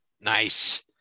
Nice